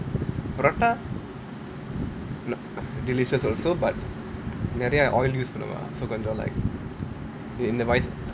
prata delicious also but நிறையா:niraiyaa oil use பண்ணுவாங்க:pannuvaanga like நம்மளா:namallaa